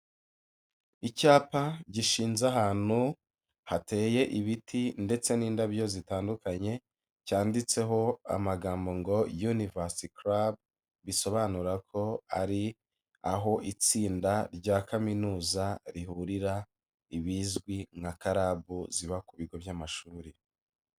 Icyapa gishinze ahantu hateye ibiti ndetse n'indabyo zitandukanye, cyanditseho amagambo ngo: ''Universiy Club,'' bisobanura ko ari aho itsinda rya kaminuza rihurira, ibizwi nka karabu ziba ku bigo by'amashuri.